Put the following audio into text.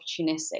opportunistic